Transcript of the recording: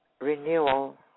renewal